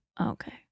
Okay